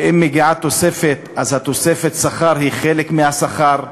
ואם מגיעה תוספת, אז תוספת השכר היא חלק מהשכר.